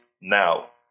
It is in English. now